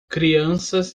crianças